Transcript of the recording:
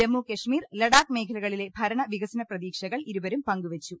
ജമ്മു കശ്മീർ ലഡാക്ക് മേഖലകളിലെ ഭരണ വികസന പ്രതീക്ഷകൾ ഇരുവരും പങ്കുവച്ചു